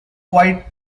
quite